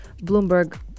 Bloomberg